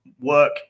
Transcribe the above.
work